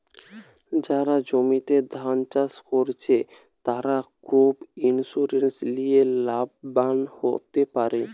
যারা জমিতে ধান চাষ কোরছে, তারা ক্রপ ইন্সুরেন্স লিয়ে লাভবান হোতে পারে